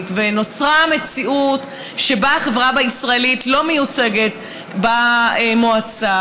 ונוצרה מציאות שבה החברה הישראלית לא מיוצגת במועצה,